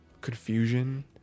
confusion